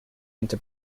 into